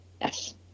Yes